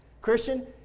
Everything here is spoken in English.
Christian